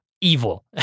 evil